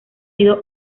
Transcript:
sido